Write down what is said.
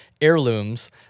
heirlooms